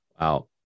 Wow